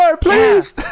please